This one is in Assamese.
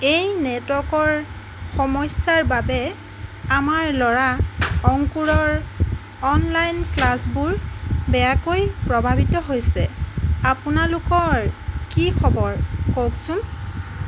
এই নেটৱৰ্কৰ সমস্যাৰ বাবে আমাৰ ল'ৰা অংকুৰৰ অনলাইন ক্লাছবোৰ বেয়াকৈ প্ৰভাৱিত হৈছে আপোনালোকৰ কি খবৰ কওকচোন